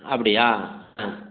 அப்படியா ஆ